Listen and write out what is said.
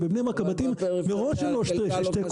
כי בבני ברק הבתים מראש הם לא של שתי קומות,